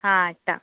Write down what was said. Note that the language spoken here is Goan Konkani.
हा हाडटा